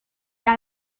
out